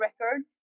records